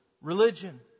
religion